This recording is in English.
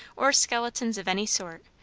or skeletons of any sort,